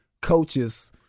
coaches